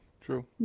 True